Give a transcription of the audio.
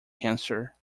cancer